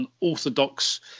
unorthodox